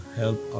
help